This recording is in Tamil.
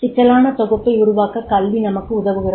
சிக்கலான தொகுப்பை உருவாக்க கல்வி நமக்கு உதவுகிறது